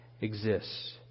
exists